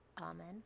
Amen